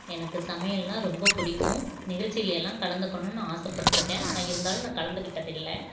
எனக்கு சமையல்னா ரொம்ப பிடிக்கும் நிகழ்ச்சியிலலாம் கலந்துக்கணுன்னு ஆசைப்பட்ருக்கேன் ஆனால் இருந்தாலும் நான் கலந்துக்கிட்டதில்லை